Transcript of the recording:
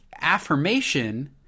affirmation